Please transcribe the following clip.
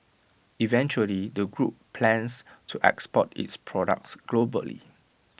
eventually the group plans to export its products globally